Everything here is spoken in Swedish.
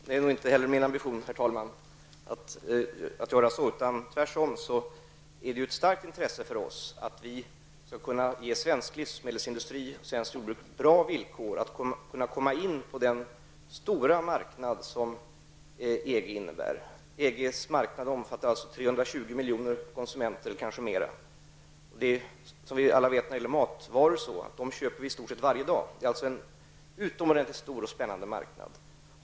Herr talman! Det är heller inte min ambition att göra så. Det finns tvärtom ett starkt intresse för oss att ge svensk livsmedelsindustri och svenskt jordbruk bra villkor när det gäller att komma in på den stora marknad som EG innebär. EGs marknad omfattar 320 miljoner eller kanske fler konsumenter. Som vi alla vet är matvaror något som vi i stort sett köper varje dag. Det är alltså en utomordentligt stor och spännande marknad.